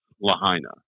Lahaina